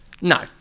No